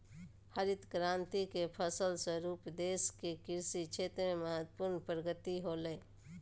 हरित क्रान्ति के फलस्वरूप देश के कृषि क्षेत्र में महत्वपूर्ण प्रगति होलय